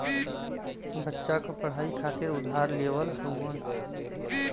बच्चा क पढ़ाई खातिर उधार लेवल हउवन